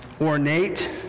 ornate